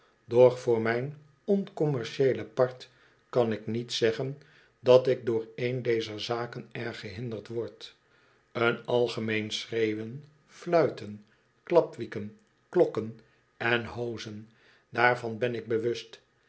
doch voor mijn oncommercieele part kan ik niet zeggen dat ik door een dezer zaken erg gehinderd word een algemeen schreeuwen fluiten klapwieken klokken en hoozen daarvan ben ik bewust